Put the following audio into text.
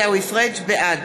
בעד